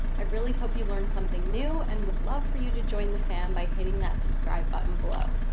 i really hope you learned something new and would love for you to join the fan by hitting that subscribe button below.